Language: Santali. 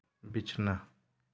ᱵᱤᱪᱷᱱᱟ